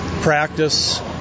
practice